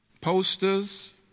Posters